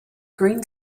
green